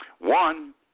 One